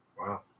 Wow